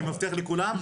אני מבטיח לכולם,